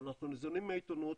אבל אנחנו ניזונים מהעיתונות,